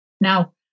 Now